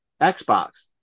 Xbox